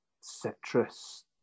citrus